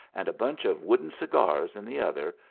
and a bunch of wooden cigars in the other,